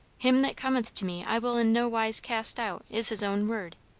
him that cometh to me i will in no wise cast out is his own word.